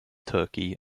turkey